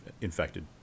infected